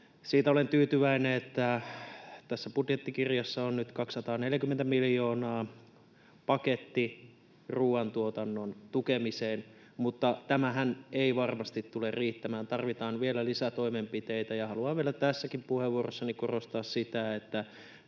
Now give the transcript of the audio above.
Siitä olen tyytyväinen, että tässä budjettikirjassa on nyt 240 miljoonan paketti ruoantuotannon tukemiseen, mutta tämähän ei varmasti tule riittämään. Tarvitaan vielä lisätoimenpiteitä, ja haluan vielä tässäkin puheenvuorossani korostaa sitä, että